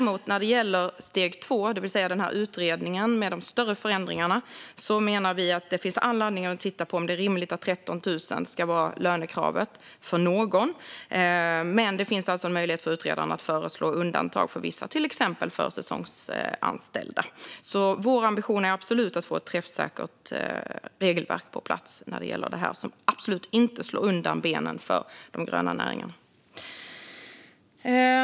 Men när det gäller steg 2, det vill säga utredningen med de större förändringarna, menar vi att det finns all anledning att titta på om det är rimligt att 13 000 ska vara lönekravet för någon. Men det finns alltså en möjlighet för utredaren att föreslå undantag för vissa, till exempel för säsongsanställda. Vår ambition är absolut att få ett träffsäkert regelverk på plats som inte slår undan benen för de gröna näringarna.